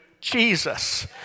Jesus